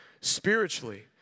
spiritually